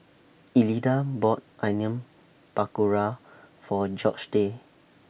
Elida bought Onion Pakora For Georgette